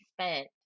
spent